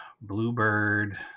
Bluebird